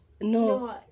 No